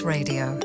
Radio